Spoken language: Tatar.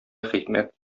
хикмәт